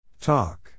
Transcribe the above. Talk